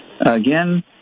again